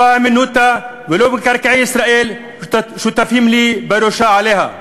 לא "הימנותא" ולא מינהל מקרקעי ישראל שותפים לי בירושה עליה.